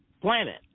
planet